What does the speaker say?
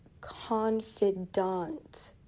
confidant